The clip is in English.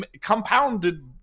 compounded